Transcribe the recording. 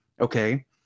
Okay